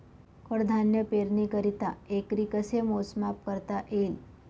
कडधान्य पेरणीकरिता एकरी कसे मोजमाप करता येईल?